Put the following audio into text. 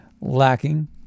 lacking